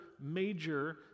major